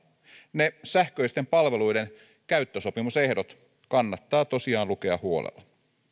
ne sähköisten palveluiden käyttösopimusehdot kannattaa tosiaan lukea huolella